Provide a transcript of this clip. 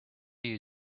you